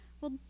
Well